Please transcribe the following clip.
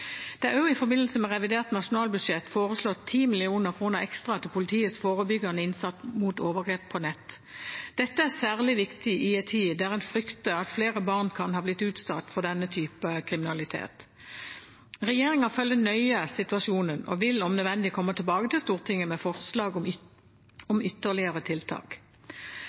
Det er også i forbindelse med revidert nasjonalbudsjett foreslått 10 mill. kr ekstra til politiets forebyggende innsats mot overgrep på nett. Dette er særlig viktig i en tid da en frykter at flere barn kan ha blitt utsatt for denne type kriminalitet. Regjeringen følger nøye situasjonen og vil om nødvendig komme tilbake til Stortinget med forslag om ytterligere tiltak. Til forslaget om